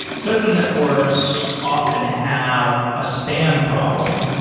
social networks often have a spam problem.